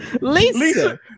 Lisa